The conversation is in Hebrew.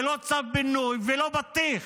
ולא צו פינוי ולא בטיח.